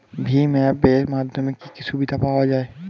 ভিম app এর মাধ্যমে কি কি সুবিধা পাওয়া যায়?